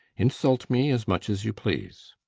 insult me as much as you please.